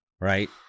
right